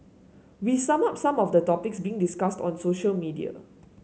we sum up some of the topics being discussed on social media